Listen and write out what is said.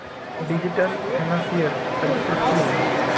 Digital financial services की होय?